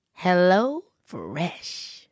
HelloFresh